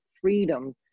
freedom